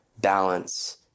balance